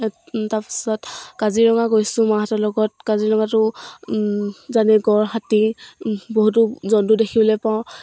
তাৰপিছত কাজিৰঙা গৈছোঁ মাহঁতৰ লগত কাজিৰঙাটো জানে গড় হাতী বহুতো জন্তু দেখিবলৈ পাওঁ